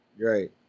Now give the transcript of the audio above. right